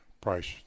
price